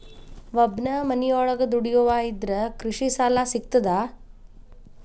ಒಬ್ಬನೇ ಮನಿಯೊಳಗ ದುಡಿಯುವಾ ಇದ್ರ ಕೃಷಿ ಸಾಲಾ ಸಿಗ್ತದಾ?